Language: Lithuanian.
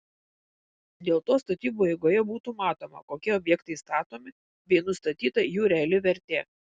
dėl to statybų eigoje būtų matoma kokie objektai statomi bei nustatyta jų reali vertė